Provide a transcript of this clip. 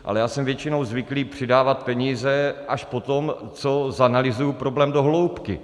Ale já jsem většinou zvyklý přidávat peníze až po tom, co zanalyzuju problém do hloubky.